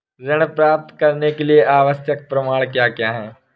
ऋण प्राप्त करने के लिए आवश्यक प्रमाण क्या क्या हैं?